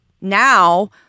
now